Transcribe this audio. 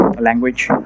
language